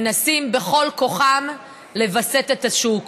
שמנסים בכל הכוח לווסת את השוק.